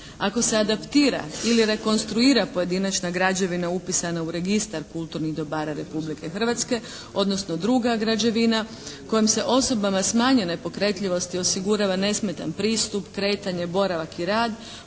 «Ako se adaptira ili rekonstruira pojedinačna građevina upisana u registar kulturnih dobara Republike Hrvatske odnosno druga građevina kojima se osobama smanjene pokretljivosti osigurava nesmetan pristup, kretanje, boravak i rad